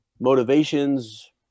motivations